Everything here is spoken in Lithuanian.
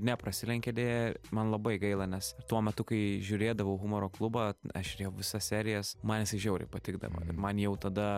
neprasilenkė deja man labai gaila nes tuo metu kai žiūrėdavau humoro klubą aš žiūrėjau visas serijas man jisai žiauriai patikdavo man jau tada